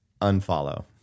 unfollow